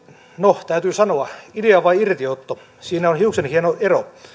no täytyy sanoa idea vai irtiotto siinä on hiuksenhieno ero